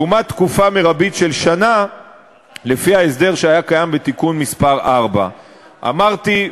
לעומת תקופה מרבית של שנה לפי ההסדר שהיה קיים בתיקון מס' 4. אמרתי,